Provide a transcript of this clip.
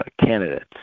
candidates